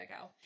go